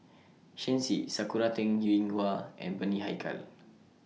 Shen Xi Sakura Teng Ying Hua and Bani Haykal